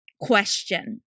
question